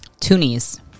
Toonies